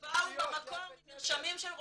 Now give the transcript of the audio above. שבאו במקור ממרשמים של רופאים.